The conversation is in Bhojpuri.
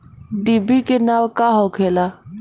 डिभी के नाव का होखेला?